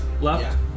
left